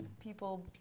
people